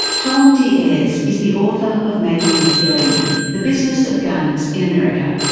tom diaz is is the author of making a killing the business of guns in america.